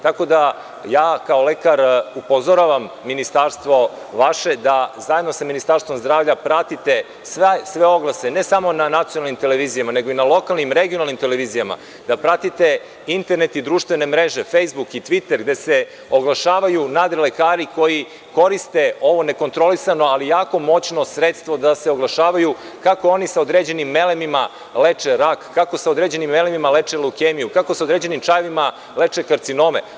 Tako da, ja kao lekar, upozoravam Ministarstvo vaše, da, zajedno sa Ministarstvom zdravlja, pratite sve oglase, ne samo na nacionalnim televizijama nego i na lokalnim, regionalnim televizijama da pratite internet i društvene mreže, „fejsbuk“ i „tviter“ gde se oglašavaju nadrilekari koji koriste ovo nekontrolisano ali jako moćno sredstvo da se oglašavaju, kako oni sa određenim melemima leče rak, kako sa određenim melemima leče leukemiju, kako sa određenim čajevima leče karcinome.